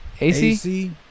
AC